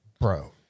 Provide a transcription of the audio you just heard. Bro